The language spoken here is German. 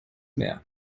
mehr